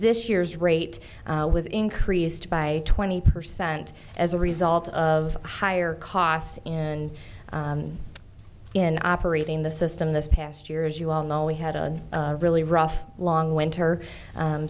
this year's rate was increased by twenty percent as a result of higher costs in in operating the system this past year as you all know we had a really rough long winter